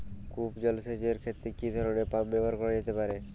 কূপ জলসেচ এর ক্ষেত্রে কি ধরনের পাম্প ব্যবহার করা যেতে পারে?